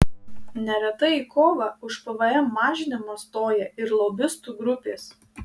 neretai į kovą už pvm mažinimą stoja ir lobistų grupės